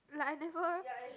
like I never